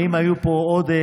ואם היו פה עוד,